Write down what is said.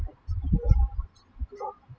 what